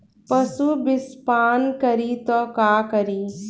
पशु विषपान करी त का करी?